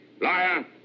liar